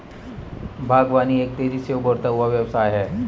बागवानी एक तेज़ी से उभरता हुआ व्यवसाय है